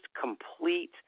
complete